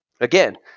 Again